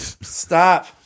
Stop